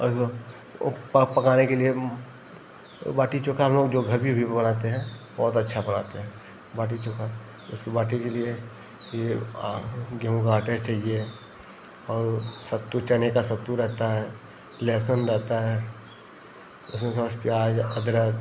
और पकाने के लिए और बाटी चोख़ा हमलोग जो घर पर भी बनाते हैं बहुत अच्छा बनाते हैं बाटी चोख़ा उसकी बाटी के लिए यह गेहूँ का आटा चहिए और सत्तू चने का सत्तू रहता है लहसुन रहता है लहसुन के साथ प्याज अदरक